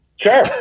Sure